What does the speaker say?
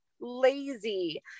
lazy